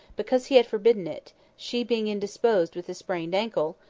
because he had forbidden it, she being indisposed with a sprained ankle,